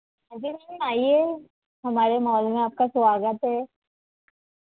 हां जी मैम आइए हमारे मॉल में आपका स्वागत है